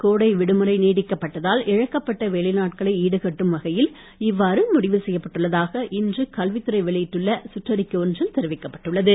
கோடை விடுமுறை நீட்டிக்கப்பட்டதால் இழக்கப்பட்ட வேலை நாட்களை ஈடுகட்டும் வகையில் இவ்வாறு முடிவு செய்யப்பட்டுள்ளதாக இன்று கல்வித்துறை வெளியிட்ட சுற்றறிக்கை ஒன்றில் தெரிவிக்கப்பட்டுள்ளது